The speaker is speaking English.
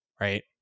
right